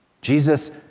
Jesus